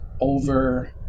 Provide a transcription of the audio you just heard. over